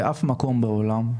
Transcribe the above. באף מקום בעולם,